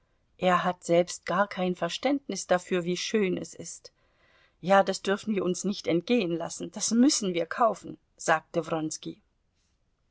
er hat selbst gar kein verständnis dafür wie schön es ist ja das dürfen wir uns nicht entgehen lassen das müssen wir kaufen sagte